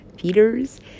Feeders